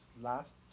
last